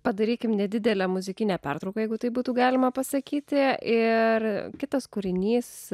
padarykim nedidelę muzikinę pertrauką jeigu taip būtų galima pasakyti ir kitas kūrinys